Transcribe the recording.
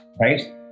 right